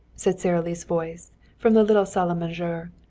said sara lee's voice from the little salle a manger.